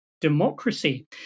democracy